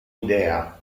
idea